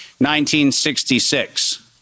1966